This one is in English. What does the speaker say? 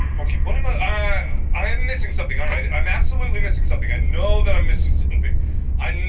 okay what am i i am missing something aren't i i'm absolutely missing something i know that i'm missing something i know